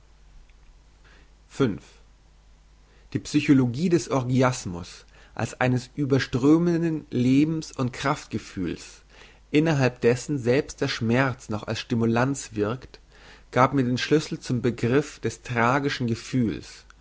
die psychologie des orgiasmus als eines überströmenden lebens und kraftgefühls innerhalb dessen selbst der schmerz noch als stimulans wirkt gab mir den schlüssel zum begriff des tragischen gefühls